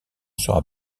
sera